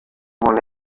umuntu